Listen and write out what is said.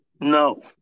no